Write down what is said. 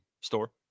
store